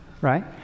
right